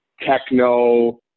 techno